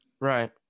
Right